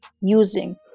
using